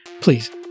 please